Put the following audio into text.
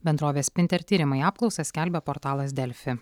bendrovės spinter tyrimai apklausą skelbia portalas delfi